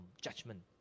judgment